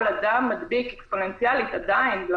כל אדם מדביק עדיין אקספוננציאלית.